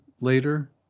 later